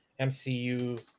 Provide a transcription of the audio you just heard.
MCU